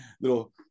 little